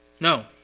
No